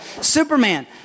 Superman